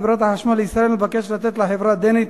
חברת החשמל לישראל מבקשת לתת לחברה הדנית